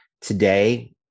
Today